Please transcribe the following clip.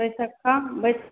बैसखा बैसखा